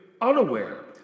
unaware